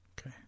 Okay